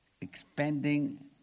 Expanding